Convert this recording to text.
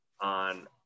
on